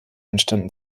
entstanden